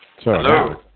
Hello